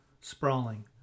Sprawling